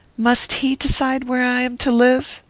must he decide where i am to live?